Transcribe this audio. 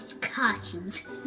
costumes